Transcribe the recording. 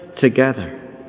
together